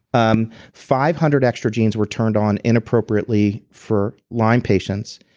um five hundred extra genes were turned on inappropriately for lyme patients.